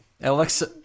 Alexa